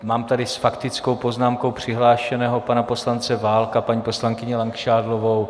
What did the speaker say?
Mám tady s faktickou poznámkou přihlášeného pana poslance Válka, paní poslankyni Langšádlovou.